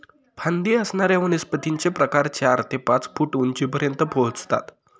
फांदी असणाऱ्या वनस्पतींचे प्रकार चार ते पाच फूट उंचीपर्यंत पोहोचतात